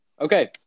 Okay